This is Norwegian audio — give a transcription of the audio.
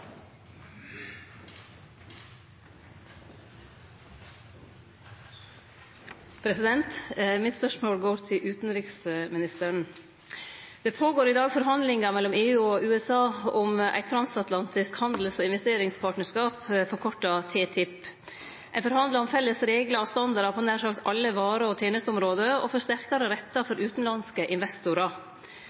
i dag forhandlingar mellom EU og USA om eit transatlantisk handels- og investeringspartnarskap, forkorta TTIP. Ein forhandlar om felles reglar og standardar for nær sagt alle vare- og tenesteområde og for sterkare rettar for utanlandske investorar.